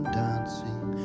dancing